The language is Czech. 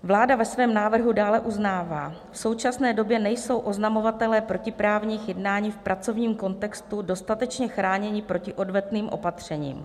Vláda ve svém návrhu dále uznává: V současné době nejsou oznamovatelé protiprávních jednání v pracovním kontextu dostatečně chráněni proti odvetným opatřením.